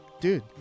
Dude